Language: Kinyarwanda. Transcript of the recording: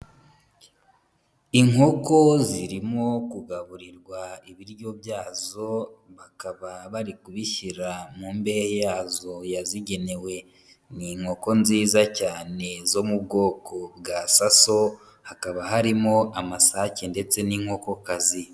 Inkoko zirimo kugaburirwa ibiryo byazo, bakaba bari kubishyira mu mbehe yazo yazigenewe, ni inkoko nziza cyane zo mu bwoko bwa saso, hakaba harimo amasake ndetse n'inkokokazi.